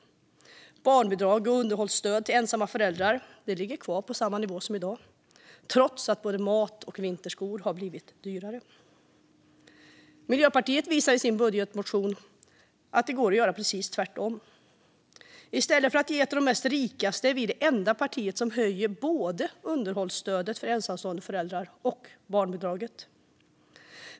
Barnbidraget och underhållsstödet till ensamstående föräldrar ligger kvar på samma nivå trots att både mat och vinterskor har blivit dyrare. Miljöpartiet visar i sin budgetmotion att det går att göra precis tvärtom. I stället för att ge mest till de rikaste är vi det enda partiet som höjer både underhållsstödet för ensamstående föräldrar och barnbidraget.